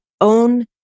own